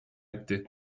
etti